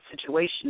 situation